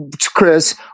Chris